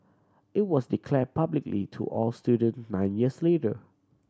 it was declare publicly to all student nine years later